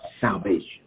salvation